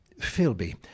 Philby